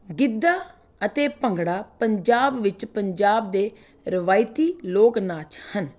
ਗਿੱਧਾ ਅਤੇ ਭੰਗੜਾ ਪੰਜਾਬ ਵਿੱਚ ਪੰਜਾਬ ਦੇ ਰਵਾਇਤੀ ਲੋਕ ਨਾਚ ਹਨ